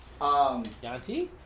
Yanti